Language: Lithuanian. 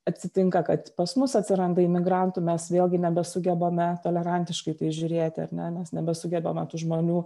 atsitinka kad pas mus atsiranda imigrantų mes vėlgi nebesugebame tolerantiškai žiūrėti ar ne mes nebesugebama tų žmonių